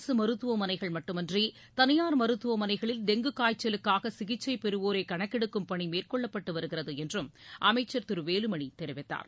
அரசு மருத்துவமனைகள் மட்டுமின்றி தனியார் மருத்துவமனைகளில் டெங்கு காய்ச்சலுக்காக சிகிச்சை பெறவோரை கணக்கெடுக்கும் பணி மேற்கொள்ளப்பட்டு வருகிறது என்றும் அமைச்சர் திரு வேலுமணி தெரிவித்தார்